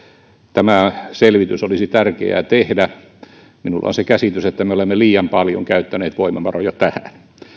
tämä selvitys olisi tärkeää tehdä minulla on se käsitys että me olemme liian paljon käyttäneet voimavaroja tähän